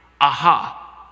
aha